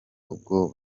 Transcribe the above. ubwo